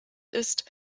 ist